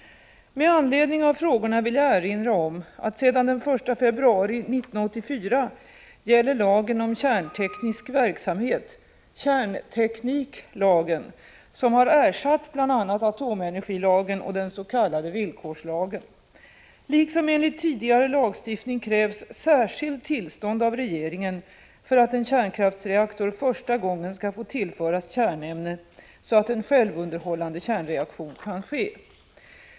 Med anledning av frågorna vill jag erinra om att sedan den 1 februari 1984 gäller lagen om kärnteknisk verksamhet , som har ersatt bl.a. atomenergilagen och den s.k. villkorslagen. Liksom enligt tidigare lagstiftning krävs särskilt tillstånd av regeringen för att en kärnkraftsreaktor första gången skall få tillföras kärnämne så att en självunderhållande kärnreaktion kan ske.